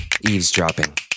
eavesdropping